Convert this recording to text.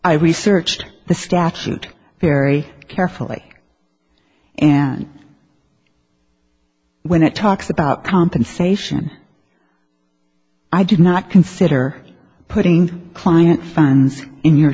i researched the statute very carefully and when it talks about compensation i do not consider putting client funds in your